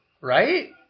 right